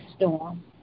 storm